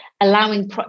allowing